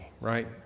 right